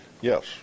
yes